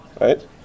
Right